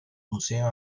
museo